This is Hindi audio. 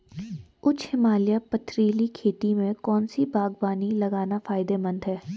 उच्च हिमालयी पथरीली खेती में कौन सी बागवानी लगाना फायदेमंद है?